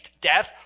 death